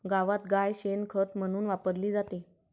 गावात गाय शेण खत म्हणून वापरली जाते